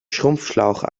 schrumpfschlauch